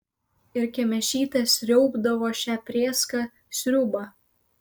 ir kemėšytė sriaubdavo šią prėską sriubą